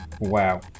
Wow